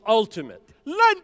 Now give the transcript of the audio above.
ultimate